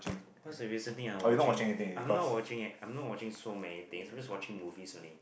what's the recent thing I'm watching I'm not watching eh I'm not watching so many things I'm just watching movies only